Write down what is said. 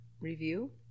review